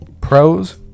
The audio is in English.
Pros